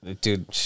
dude